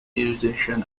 musician